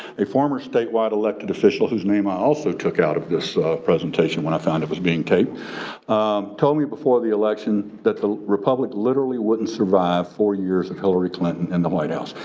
a former statewide elected official whose name i also took out of this presentation when i found it was being taped told me before the election that the republic literally wouldn't survive four years of hillary clinton in the white house.